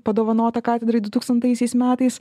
padovanota katedrai dutūkstantaisiais metais